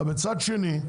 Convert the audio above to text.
מצד שני,